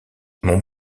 mon